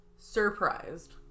Surprised